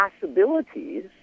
possibilities